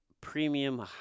premium